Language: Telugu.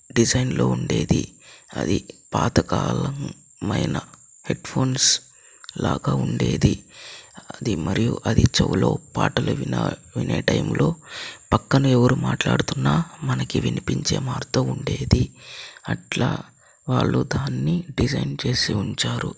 డిజైన్లో ఉండేది అది పాతకాలం మైన హెడ్ ఫోన్స్ లాగా ఉండేది అది మరియు అది చెవులో పాటలు విన్నా వినే టైంలో పక్కన ఎవరు మాట్లాడుతున్నా మనకి వినిపించే మారుతూ ఉండేది అట్లా వాళ్ళు దానిని డిజైన్ చేసి ఉంచారు